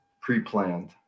pre-planned